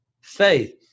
faith